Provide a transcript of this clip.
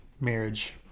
marriage